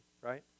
right